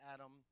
Adam